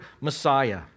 Messiah